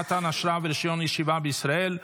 (אי-מתן אשרה ורישיון ישיבה בישראל),